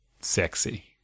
sexy